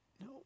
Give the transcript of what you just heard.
No